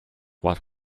what